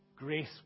Grace